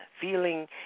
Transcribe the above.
feeling